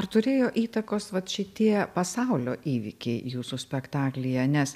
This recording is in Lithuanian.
ar turėjo įtakos vat šitie pasaulio įvykiai jūsų spektaklyje nes